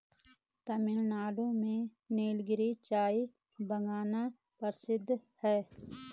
तमिलनाडु में नीलगिरी चाय बागान प्रसिद्ध है